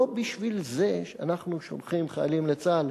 לא בשביל זה אנחנו שולחים חיילים לצה"ל,